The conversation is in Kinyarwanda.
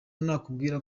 nakubwira